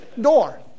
door